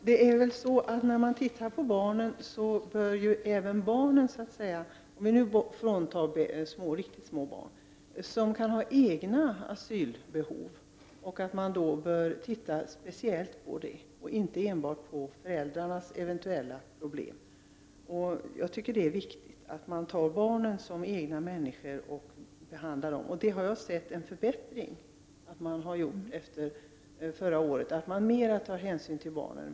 Herr talman! Även barn, om vi nu undantar riktigt små barn, kan ha egna asylbehov. Det bör man titta speciellt på och inte enbart på föräldrarnas eventuella problem. Jag tycker att det är viktigt att man behandlar barn som egna individer. Där har jag sett en förbättring från förra året. Man tar numera hänsyn till barnen.